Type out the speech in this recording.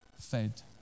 fed